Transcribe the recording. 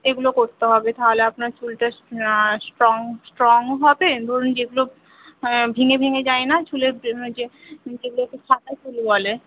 এগুলো করতে হবে তাহলে আপনার চুলটা স্ট্রং স্ট্রং ও হবে ধরুন যেগুলো ভেঙে ভেঙে যায় না চুলের যেগুলোকে সাদা চুল বলে